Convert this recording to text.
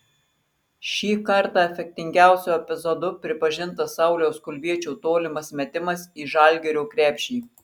šį kartą efektingiausiu epizodu pripažintas sauliaus kulviečio tolimas metimas į žalgirio krepšį